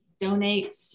donate